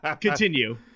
continue